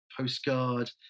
postcard